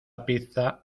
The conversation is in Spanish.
pizza